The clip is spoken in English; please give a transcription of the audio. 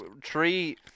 tree